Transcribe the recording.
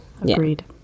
Agreed